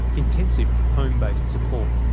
intensive home based support.